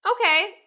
Okay